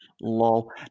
Lol